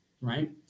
right